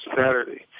Saturday